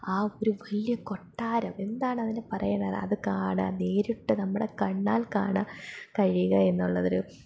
ആ ഒരു വലിയ കൊട്ടാരം എന്താണ് അതിനു പറയുന്നത് അതു കാണാൻ നേരിട്ട് നമ്മുടെ കണ്ണാൽ കാണാന് കഴിയുക എന്നുള്ളതൊരു